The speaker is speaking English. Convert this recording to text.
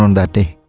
um that day